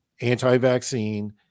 anti-vaccine